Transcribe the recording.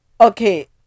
Okay